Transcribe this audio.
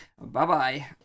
Bye-bye